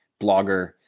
blogger